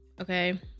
okay